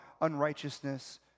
unrighteousness